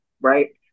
Right